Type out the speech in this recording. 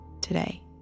today